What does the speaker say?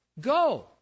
Go